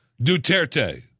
Duterte